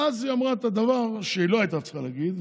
ואז היא אמרה את הדבר שהיא לא הייתה צריכה להגיד,